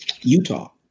Utah